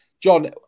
John